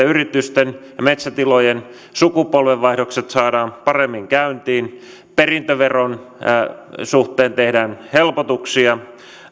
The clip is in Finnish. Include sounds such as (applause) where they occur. (unintelligible) yritysten ja metsätilojen sukupolvenvaihdokset saadaan paremmin käyntiin perintöveron suhteen tehdään helpotuksia